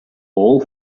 all